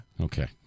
Okay